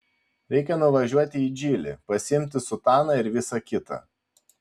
reikia nuvažiuoti į džilį pasiimti sutaną ir visa kita